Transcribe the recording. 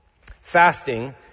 Fasting